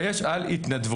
ויש על התנדבות.